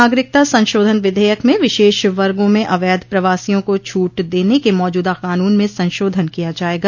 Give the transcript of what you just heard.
नागरिकता संशोधन विधेयक में विशेष वर्गों में अवैध प्रवासियों को छूट देने के मौजूदा कानून में संशोधन किया जाएगा